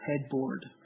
headboard